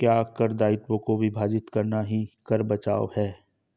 क्या कर दायित्वों को विभाजित करना ही कर बचाव है?